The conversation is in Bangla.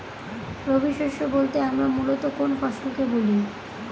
রবি শস্য বলতে আমরা মূলত কোন কোন ফসল কে বলি?